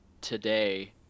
today